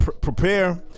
Prepare